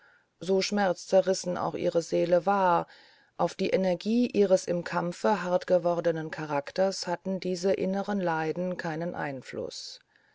so schmerzzerrissen auch ihre seele war auf die energie ihres im kampfe hartgewordenen charakters hatten diese inneren leiden keinen einfluß